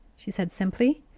she said simply.